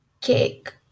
Cake